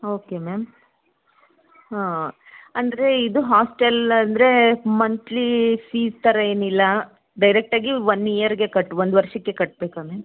okay ma'am ಹಾಂ ಅಂದರೆ ಇದು ಹಾಸ್ಟೆಲ್ ಅಂದರೆ ಮಂತ್ಲಿ ಫೀಸ್ ಥರ ಏನಿಲ್ಲ ಡೈರೆಕ್ಟಾಗಿ ಒನ್ ಇಯರ್ಗೆ ಕಟ್ ಒಂದು ವರ್ಷಕ್ಕೆ ಕಟ್ಟಬೇಕಾ ಮ್ಯಾಮ್